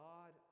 God